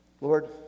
Lord